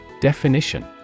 Definition